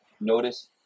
notice